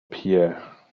pierre